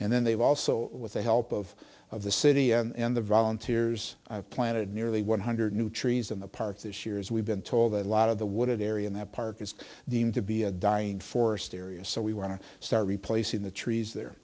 and then they've also with the help of of the city and the volunteers planted nearly one hundred new trees in the park this years we've been told that a lot of the wooded area in that park is deemed to be a dying forest area so we want to start replacing the trees there